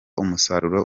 umusaruro